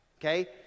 Okay